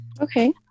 Okay